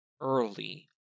early